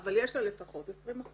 אבל יש לה לפחות 20%